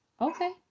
Okay